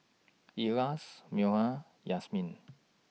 Elyas Munah Yasmin